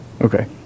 Okay